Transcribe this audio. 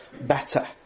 better